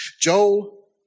Joel